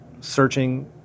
searching